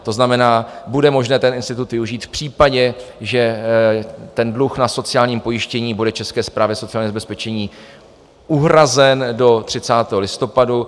To znamená, bude možné ten institut využít v případě, že dluh na sociálním pojištění bude České správě sociálního zabezpečení uhrazen do 30. listopadu.